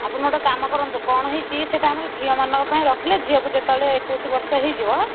ଆପଣ ଗୋଟେ କାମ କରନ୍ତୁ କ'ଣ ହେଇଛି ସେଇଟା ଆମର ଝିଅମାନଙ୍କ ପାଇଁ ରଖିଲେ ଝିଅକୁ ଯେତେବେଳେ ଏକୋଇଶି ବର୍ଷ ହେଇଯିବ